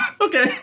Okay